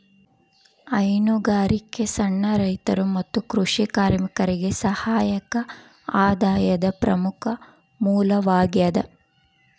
ಹೈನುಗಾರಿಕೆ ಸಣ್ಣ ರೈತರು ಮತ್ತು ಕೃಷಿ ಕಾರ್ಮಿಕರಿಗೆ ಸಹಾಯಕ ಆದಾಯದ ಪ್ರಮುಖ ಮೂಲವಾಗ್ಯದ